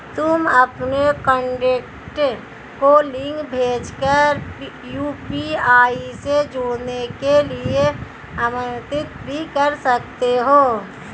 तुम अपने कॉन्टैक्ट को लिंक भेज कर यू.पी.आई से जुड़ने के लिए आमंत्रित भी कर सकते हो